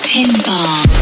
Pinball